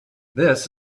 this